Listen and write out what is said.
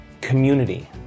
community